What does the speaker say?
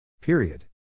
Period